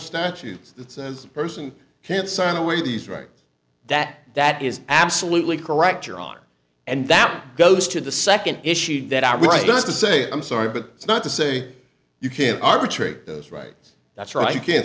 a person can't sign away these rights that that is absolutely correct your honor and that goes to the second issue that i write this to say i'm sorry but it's not to say you can't arbitrary those rights that's right you can't